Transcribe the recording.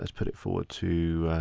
and put it forward to